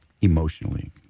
emotionally